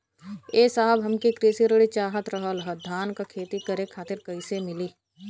ए साहब हमके कृषि ऋण चाहत रहल ह धान क खेती करे खातिर कईसे मीली?